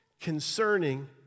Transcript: concerning